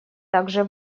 также